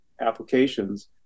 applications